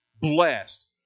blessed